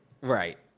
Right